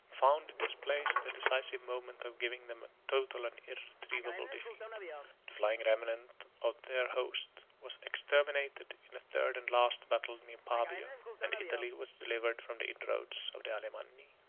found in this place the decisive moment of giving them a total and irretrievable defeat. the flying remnant of their host was exterminated in a third and last battle near pavia and italy was delivered from the inroads of the alemanni.